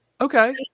Okay